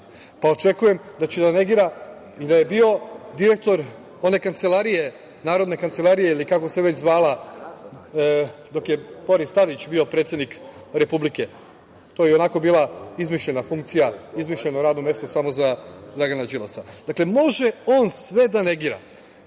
pa očekujem da će da negira i da je bio direktor one kancelarije, narodne kancelarije ili kako se već zvala, dok je Boris Tadić bio predsednik Republike. To je i onako bila izmišljena funkcija, izmišljeno radno mesto samo za Dragana Đilasa. Može on sve da negira,